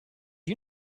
you